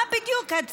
מה בדיוק הציפייה?